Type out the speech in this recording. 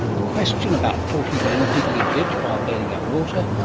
a question about forty men digging a ditch while bailing out water,